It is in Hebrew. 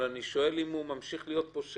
אבל אני שואל אם הוא ממשיך להיות פושע.